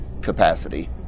capacity